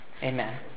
Amen